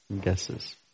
guesses